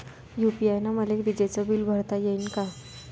UPI न मले विजेचं बिल भरता यीन का?